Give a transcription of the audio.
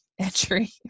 entry